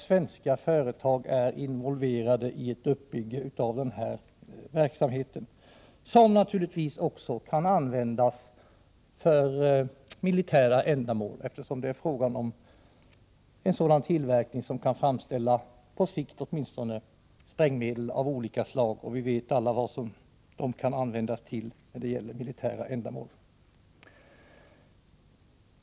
Svenska företag är involverade i uppbyggnaden av den här verksamheten med en produktion som naturligtvis kan användas också för militära ändamål, eftersom det är fråga om en tillverkning där man åtminstone på sikt kan framställa sprängmedel av olika slag.